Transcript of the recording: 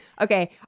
Okay